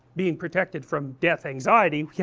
being protected from death anxiety, yeah